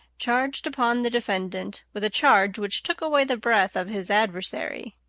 charged upon the defendant with a charge which took away the breath of his adversary.